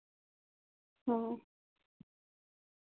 ᱚᱸᱻ